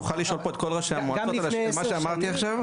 תוכל לשאול פה את כל ראשי המועצות על מה שאמרתי עכשיו.